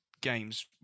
games